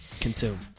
Consume